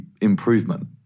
improvement